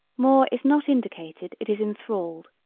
more is not indicated it is enthralled.